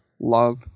Love